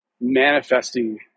manifesting